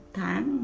tháng